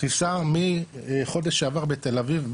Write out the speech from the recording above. תפיסה מחודש שעבר בתל אביב,